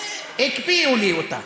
הקפיאו לי אותה,